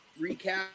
recap